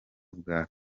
bwa